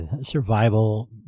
survival